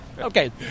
okay